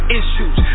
issues